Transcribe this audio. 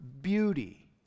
beauty